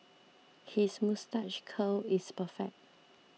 his moustache curl is perfect